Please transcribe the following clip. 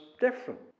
different